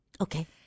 Okay